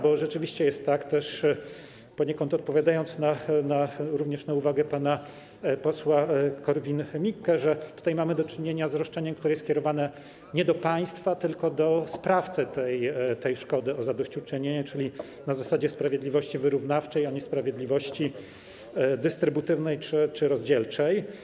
Bo rzeczywiście jest tak też, poniekąd odpowiadając na również na uwagę pana posła Korwin-Mikkego, że mamy do czynienia z roszczeniem, które jest kierowane nie do państwa, tylko do sprawcy tej szkody o zadośćuczynienie, czyli na zasadzie sprawiedliwości wyrównawczej, a nie sprawiedliwości dystrybutywnej czy rozdzielczej.